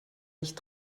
nicht